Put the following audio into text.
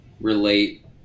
relate